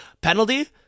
penalty